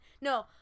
No